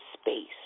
space